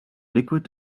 liquid